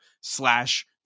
slash